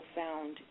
found